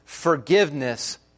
Forgiveness